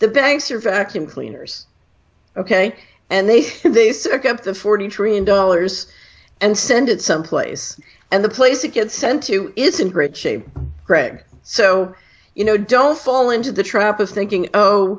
the banks are vacuum cleaners ok and they say they soak up the forty trillion dollars and send it someplace and the place it gets sent to is in great shape greg so you know don't fall into the trap of thinking oh